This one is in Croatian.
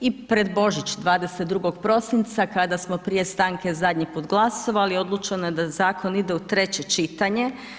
I pred Božić 22. prosinca kada smo prije stanke zadnji put glasovali odlučeno je da zakon ide u treće čitanje.